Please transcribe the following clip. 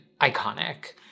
iconic